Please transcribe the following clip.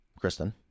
Kristen